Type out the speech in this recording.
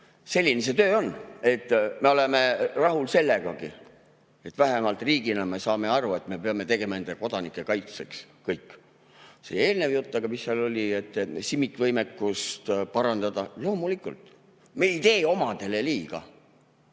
Selline see töö on.Me oleme rahul sellegagi, et vähemalt riigina me saame aru, et me peame tegema enda kodanike kaitseks kõik. See eelnev jutt aga, mis seal oli, et CIMIC-võimekust parandada – loomulikult. Me ei tee omadele liiga.